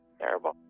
terrible